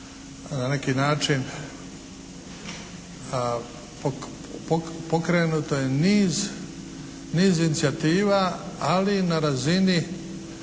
na neki način, pokrenuto je niz inicijativa, ali na razini